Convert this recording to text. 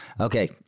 okay